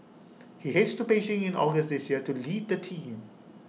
he heads to Beijing in August this year to lead the team